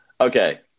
Okay